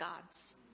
gods